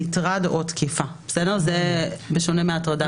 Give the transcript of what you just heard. מטרד או תקיפה." זה בשונה מהטרדה.